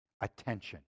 attention